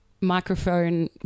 microphone